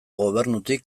gobernutik